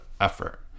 effort